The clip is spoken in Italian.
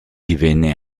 divenne